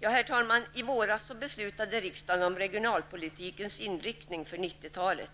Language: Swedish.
Herr talman! I våras beslutade riksdagen om regionalpolitikens inriktning för 90-talet.